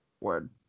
Word